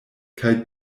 kaj